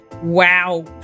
Wow